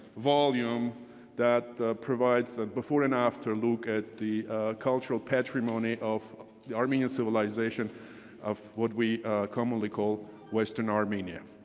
volume that provides the before and after look at the cultural patrimony of the armenian civilization of what we commonly call western armenia.